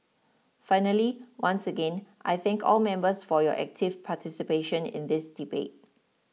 finally once again I thank all members for your active participation in this debate